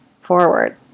forward